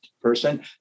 person